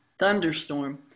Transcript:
thunderstorm